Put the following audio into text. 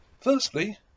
Firstly